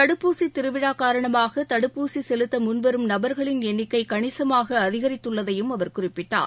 தடுப்பூசி திருவிழா காரணமாக தடுப்பூசி செலுத்த முன்வரும் நபர்களின் எண்ணிக்கை கணிசமாக அதிகரித்துள்ளதைபும் அவர் குறிப்பிட்டார்